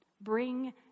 Bring